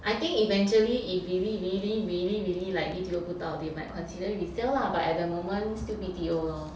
I think eventually if really really really really like B_T_O 不到 they might consider resale lah but at the moment still B_T_O lor